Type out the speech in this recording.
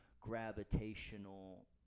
gravitational